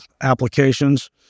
applications